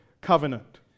covenant